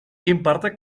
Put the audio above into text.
imparte